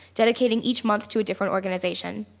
dedicating each month to a different organization.